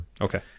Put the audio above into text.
Okay